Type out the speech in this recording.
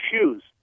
shoes